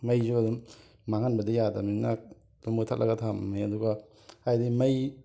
ꯃꯩꯁꯨ ꯑꯗꯨꯝ ꯃꯥꯡꯍꯟꯕꯗꯤ ꯌꯥꯗꯝꯅꯤꯅ ꯑꯗꯨꯝ ꯃꯨꯊꯠꯂꯒ ꯊꯝꯃꯝꯃꯤ ꯑꯗꯨꯒ ꯍꯥꯏꯗꯤ ꯃꯩ